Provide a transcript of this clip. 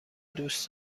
دوست